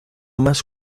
más